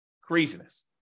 Craziness